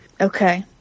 Okay